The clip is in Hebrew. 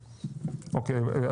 --- אוקיי,